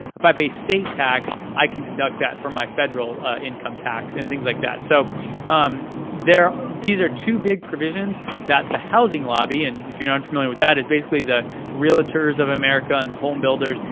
if i pay state tax, i can deduct that from my federal income tax and things like that. so um these are two big previsions that the housing lobby, and if you're unfamiliar with that, it's basically the realtors of america and the home builders,